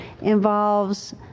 involves